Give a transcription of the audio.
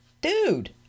Dude